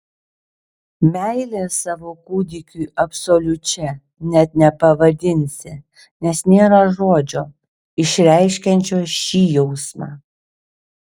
meilės savo kūdikiui absoliučia net nepavadinsi nes nėra žodžio išreiškiančio šį jausmą